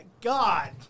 God